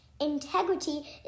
Integrity